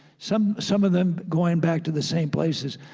some some of them going back to the same places,